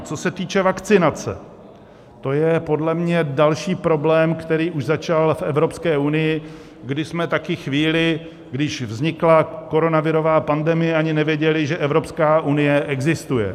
Co se týče vakcinace, to je podle mě další problém, který už začal v Evropské unii, kdy jsme taky chvíli, když vznikla koronavirová pandemie, ani nevěděli, že Evropské unie existuje.